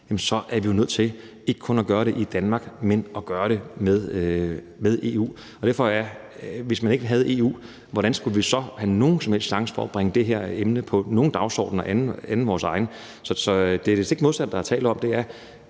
så er vi nødt til ikke kun at gøre det i Danmark, men at gøre det med EU. Hvis man ikke havde EU, hvordan skulle vi så have nogen som helst chance for at bringe det her emne på nogen anden dagsorden end vores egen? Så det er det stik modsatte, der er tale om: Det klart